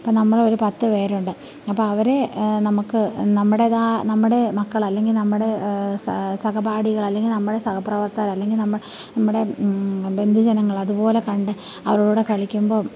ഇപ്പം നമ്മളൊരു പത്ത് പേരുണ്ട് അപ്പം അവരെ നമുക്ക് നമ്മുടേത് നമ്മുടെ മക്കൾ അല്ലെങ്കിൽ നമ്മുടെ സഹപാഠികൾ അല്ലെങ്കിൽ നമ്മുടെ സഹപ്രവർത്തകർ അല്ലെങ്കിൽ നമ്മുടെ ബന്ധുജനങ്ങൾ അതുപോലെ കണ്ട് അവരുടെ കൂടെ കളിക്കുമ്പം